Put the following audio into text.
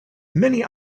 many